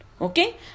Okay